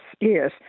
yes